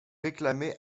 réclamer